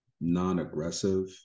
non-aggressive